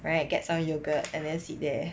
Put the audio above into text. right get some yogurt and then sit there